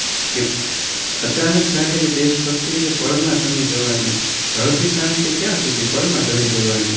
કે અચાનક જાગેલી દેશભક્તિ તે પળમાં શમી જવાની ઢળતી સાંજ તે ક્યાં સુધી પળમાં ઢળી જવાની